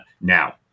now